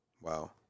Wow